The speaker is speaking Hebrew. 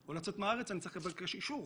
או לצאת מהארץ אני צריך לבקש אישור.